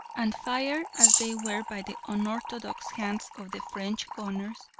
and, fired as they were by the unorthodox hands of the french gunners,